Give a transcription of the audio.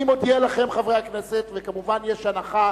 אני מודיע לכם, חברי הכנסת, וכמובן יש הנחה